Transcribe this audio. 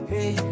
Hey